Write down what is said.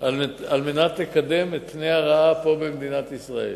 על מנת לקדם את פני הרעה פה במדינת ישראל.